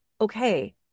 okay